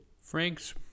Frank's